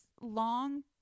long